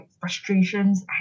frustrations